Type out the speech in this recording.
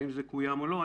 האם זה קוים או לא.